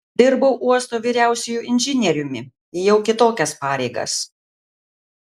dirbau uosto vyriausiuoju inžinieriumi ėjau kitokias pareigas